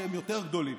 שהם יותר גדולים,